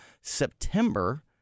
September